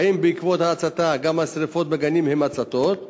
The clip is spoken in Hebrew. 2. האם בעקבות ההצתה גם השרפות בגנים הן תוצאה של הצתות?